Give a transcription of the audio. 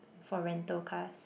for rental cars